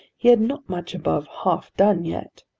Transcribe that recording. he had not much above half done yet.